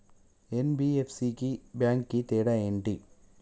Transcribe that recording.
NBFC కి bank కి తేడా ఏంటి?